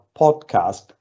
podcast